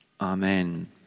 amen